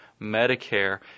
Medicare